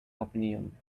opinion